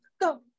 go